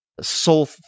Soul